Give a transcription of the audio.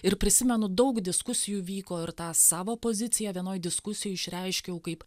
ir prisimenu daug diskusijų vyko ir tą savo poziciją vienoj diskusijoj išreiškiau kaip